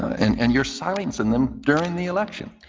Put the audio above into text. and and you're silencing them during the election.